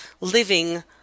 living